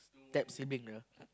step sibling ah